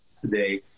today